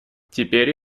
теперь